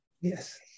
yes